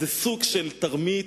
איזה סוג של תרמית,